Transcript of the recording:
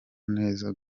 neza